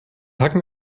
haken